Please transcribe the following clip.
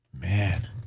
Man